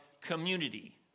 community